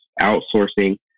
outsourcing